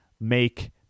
make